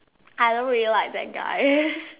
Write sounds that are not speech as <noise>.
I don't really like that guy <laughs>